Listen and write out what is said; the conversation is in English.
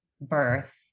birth